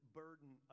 burden